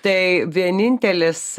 tai vienintelis